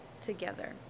together